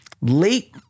late-